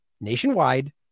nationwide